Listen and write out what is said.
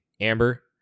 Amber